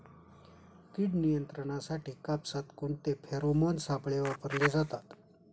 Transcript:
कीड नियंत्रणासाठी कापसात कोणते फेरोमोन सापळे वापरले जातात?